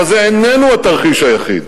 אבל זה איננו התרחיש היחיד,